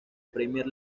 premier